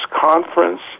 Conference